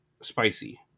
spicy